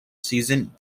season